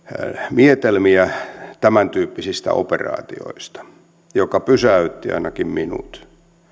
mietelmiä tämäntyyppisistä operaatioista joka pysäytti ainakin minut